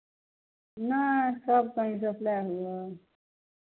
नहि सभ कहीँ बेचलै हुए